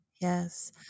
Yes